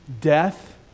death